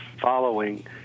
following